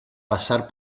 pasar